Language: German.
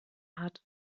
hat